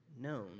known